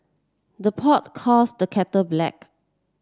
the pot calls the kettle black